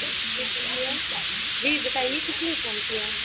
phone किया है जी बताइए किसलिए फ़ोन किया है